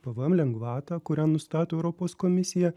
pvm lengvatą kurią nustato europos komisija